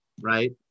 right